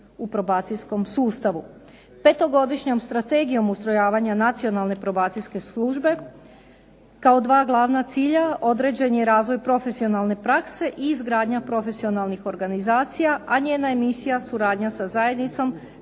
u probacijskom sustavu. Petogodišnjom strategijom ustrojavanja nacionalne probacijske službe kao dva glavna cilja određen je razvoj profesionalne prakse i izgradnja profesionalnih organizacija, a njena je misija suradnja sa zajednicom